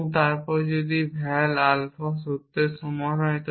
এবং তারপর যদি ভ্যাল আলফা সত্যের সমান হয়